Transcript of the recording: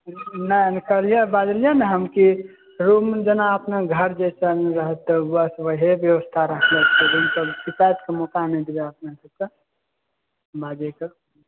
नहि नहि काहलियै बाजलियै ने हम की रूम जेना अपने के घर जे छै बस ओहे व्यवस्था कऽ रखने छियै रूम तऽ शिकायत के मौक़ा नहि दिय अपने सब शके बाजैके तऽ